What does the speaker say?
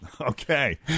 Okay